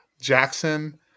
Jackson